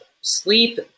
Sleep